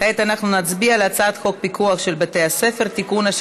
כעת אנחנו נצביע על הצעת חוק פיקוח על בתי-ספר (תיקון,